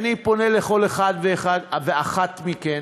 אני פונה לכל אחד ואחת מכם: